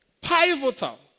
Pivotal